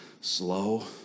slow